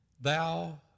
Thou